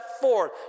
forth